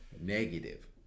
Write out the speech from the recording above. Negative